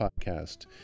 podcast